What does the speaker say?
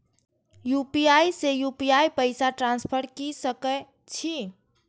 UPI से UPI पैसा transfer की सके छी?